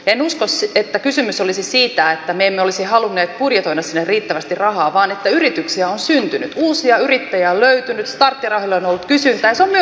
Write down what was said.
en usko että kysymys olisi siitä että me emme olisi halunneet budjetoida sinne riittävästi rahaa vaan että yrityksiä on syntynyt uusia yrittäjiä on löytynyt starttirahalle on ollut kysyntää ja se on myönteinen asia